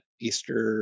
Easter